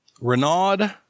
Renaud